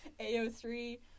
ao3